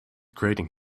grating